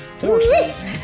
horses